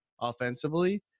offensively